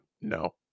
no